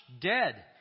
dead